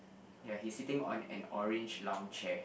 ya he's sitting on an orange lounge chair